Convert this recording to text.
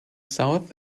south